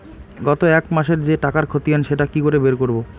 গত এক মাসের যে টাকার খতিয়ান সেটা কি করে বের করব?